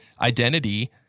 identity